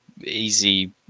easy